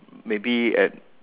maybe at